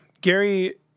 Gary